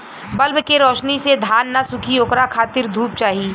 bulb के रौशनी से धान न सुखी ओकरा खातिर धूप चाही